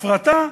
הפרטה.